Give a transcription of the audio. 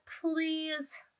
please